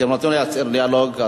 אתם רוצים לייצר דיאלוג,